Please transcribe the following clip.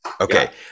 Okay